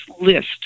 list